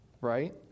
right